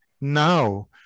now